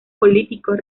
políticos